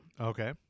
Okay